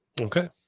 Okay